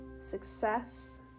success